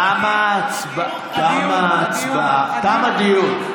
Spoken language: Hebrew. תמה ההצבעה, תם הדיון.